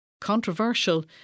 Controversial